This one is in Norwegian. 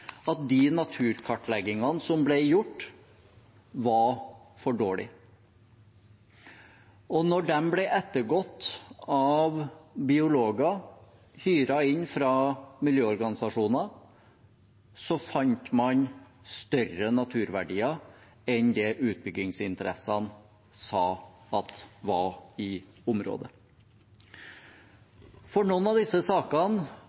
at de naturkartleggingene som ble gjort, var for dårlige. Da de ble ettergått av biologer hyret inn fra miljøorganisasjoner, fant man større naturverdier enn det utbyggingsinteressene sa at var i området. For noen av disse sakene